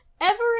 Everett